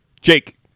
Jake